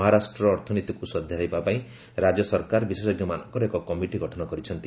ମହାରାଷ୍ଟ୍ର ଅର୍ଥନୀତିକୁ ସୁଧାରିବା ପାଇଁ ରାଜ୍ୟ ସରକାର ବିଶେଷଜ୍ଞମାନଙ୍କର ଏକ କମିଟି ଗଠନ କରିଛନ୍ତି